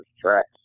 tracks